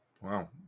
Wow